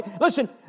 Listen